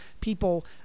people